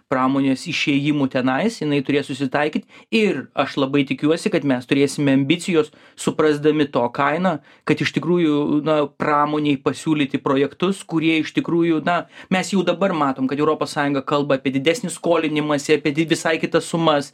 pramonės išėjimų tenais jinai turės susitaikyt ir aš labai tikiuosi kad mes turėsime ambicijos suprasdami to kainą kad iš tikrųjų na pramonei pasiūlyti projektus kurie iš tikrųjų na mes jau dabar matom kad europos sąjunga kalba apie didesnį skolinimąsi apie visai kitas sumas